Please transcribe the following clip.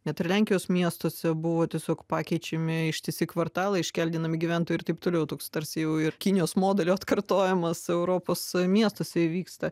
net ir lenkijos miestuose buvo tiesiog pakeičiami ištisi kvartalai iškeldinami gyventojai ir taip toliau toks tarsi jau ir kinijos modelio atkartojimas europos miestuose įvyksta